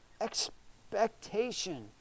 expectation